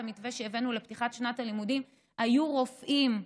המתווה שהבאנו לפתיחת שנת הלימודים היו רופאים,